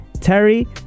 Terry